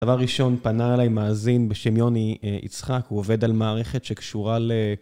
דבר ראשון, פנה אלי מאזין בשם יוני יצחק, הוא עובד על מערכת שקשורה ל...